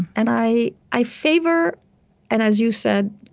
and i i favor and as you said,